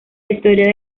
historia